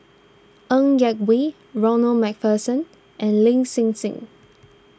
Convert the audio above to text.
Ng Yak Whee Ronald MacPherson and Lin Hsin Hsin